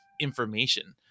information